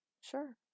Sure